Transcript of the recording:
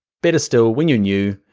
better still, when you're new,